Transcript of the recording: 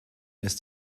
ist